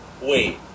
Wait